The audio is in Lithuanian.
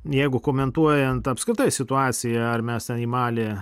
jeigu komentuojant apskritai situaciją ar mes ten į malį